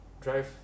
drive